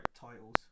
titles